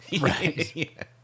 Right